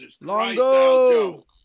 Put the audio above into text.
Longo